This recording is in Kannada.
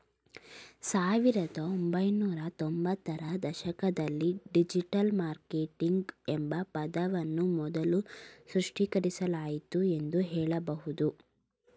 ಸಾವಿರದ ಒಂಬೈನೂರ ತ್ತೊಂಭತ್ತು ರ ದಶಕದಲ್ಲಿ ಡಿಜಿಟಲ್ ಮಾರ್ಕೆಟಿಂಗ್ ಎಂಬ ಪದವನ್ನು ಮೊದಲು ಸೃಷ್ಟಿಸಲಾಯಿತು ಎಂದು ಹೇಳಬಹುದು